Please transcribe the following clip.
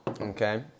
okay